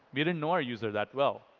we didn't know our user that well.